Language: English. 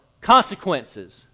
consequences